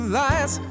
lies